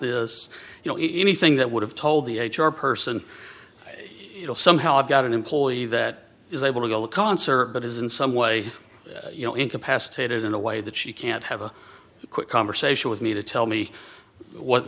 this you know anything that would have told the h r person you know somehow i've got an employee that is able to go with cancer but is in some way you know incapacitated in a way that she can't have a quick conversation with me to tell me what